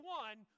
one